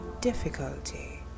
difficulty